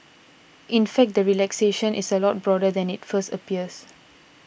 in fact the relaxation is a lot broader than it first appears